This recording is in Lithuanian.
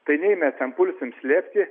tai nei mes ten pulsim slėpti